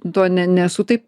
to ne nesu taip